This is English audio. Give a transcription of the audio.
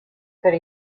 could